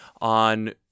on